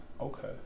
Okay